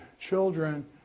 children